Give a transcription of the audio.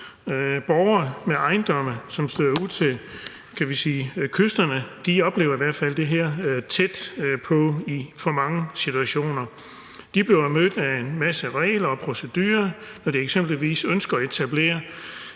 Borgere med ejendomme, som støder ud til kysterne, oplever i hvert fald det her tæt på i for mange situationer. De bliver mødt af en masse regler og procedurer, når de eksempelvis ønsker at etablere